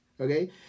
Okay